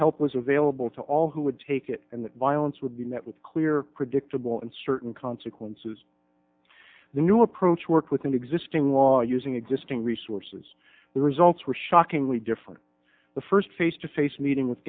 t was available to all who would take it and the violence would be met with clear predictable and certain consequences the new approach worked within existing law using existing resources the results were shockingly different the first face to face meeting with